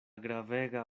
gravega